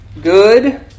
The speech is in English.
Good